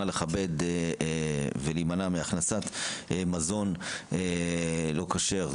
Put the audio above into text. נא לכבד ולהימנע מהכנסת מזון לא כשר,